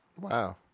Wow